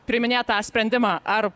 priiminėt tą sprendimą ar